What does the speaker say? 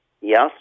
Yes